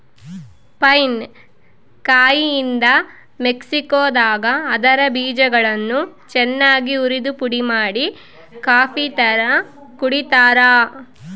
pine ಕಾಯಿಯಿಂದ ಮೆಕ್ಸಿಕೋದಾಗ ಅದರ ಬೀಜಗಳನ್ನು ಚನ್ನಾಗಿ ಉರಿದುಪುಡಿಮಾಡಿ ಕಾಫಿತರ ಕುಡಿತಾರ